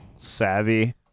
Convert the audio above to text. Savvy